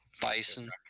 bison